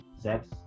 sex